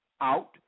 Out